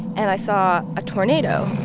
and i saw a tornado